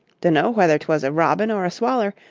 dunno whether twas a robin or a swaller,